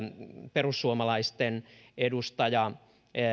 perussuomalaisten edustaja